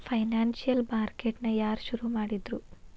Financial market ನ ಯಾರ್ ಶುರುಮಾಡಿದ್ರು?